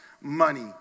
money